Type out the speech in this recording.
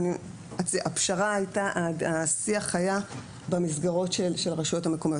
הפשרה והשיח היו במסגרות של הרשויות המקומיות.